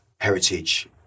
heritage